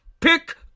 pick